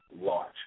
launch